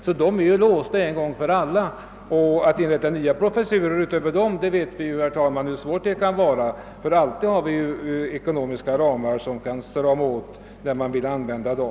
De är alltså låsta en gång för alla. Att inrätta ytterligare professurer utöver dessa blir säkert inte så lätt. Vi vet hur svårt det brukar vara att inrätta nya professurer; vi har alltid ekonomiska ramar att hålla oss inom.